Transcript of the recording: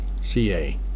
CA